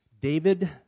David